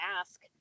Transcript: ask